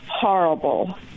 Horrible